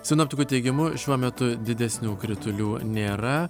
sinoptikų teigimu šiuo metu didesnių kritulių nėra